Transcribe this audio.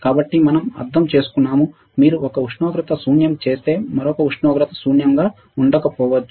కాబట్టి మనం అర్థం చేసుకున్నాము మీరు ఒక ఉష్ణోగ్రత శూన్యo చేస్తే మరొక ఉష్ణోగ్రత శూన్యంగా ఉండకపోవచ్చు